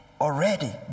already